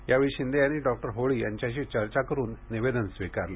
यावेळी शिंदे यांनी डॉक्टर होळी यांच्याशी चर्चा करुन निवेदन स्वीकारले